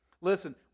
Listen